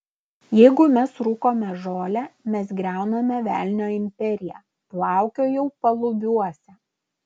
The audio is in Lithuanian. jeigu mes rūkome žolę mes griauname velnio imperiją plaukiojau palubiuose